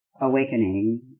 awakening